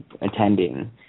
attending